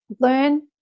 learn